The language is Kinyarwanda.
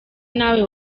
nawe